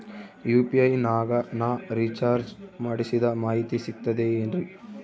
UPI ನಾಗ ನಾ recharge ಮಾಡಿಸಿದ ಮಾಹಿತಿ ಸಿಕ್ತದೆ ಏನ್ರಿ?